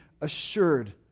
assured